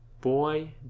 Boy